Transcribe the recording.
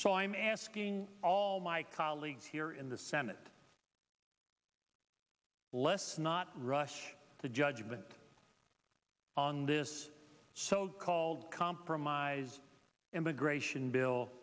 so i'm asking all my colleagues here in the senate less not rush to judgment on this so called compromise immigration bill